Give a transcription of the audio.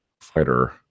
fighter